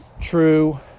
true